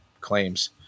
claims